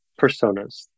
personas